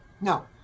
No